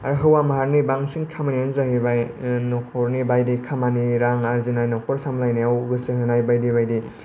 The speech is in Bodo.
हौवा माहारिनि बांसिन खामानिआनो जाहैबाय नखरनि बायदि खामानि रां आजिना नखर सामब्लायनायाव गोसो होनाय बायदि बायदि